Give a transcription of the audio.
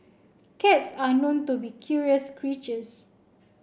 cats are known to be curious creatures